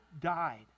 died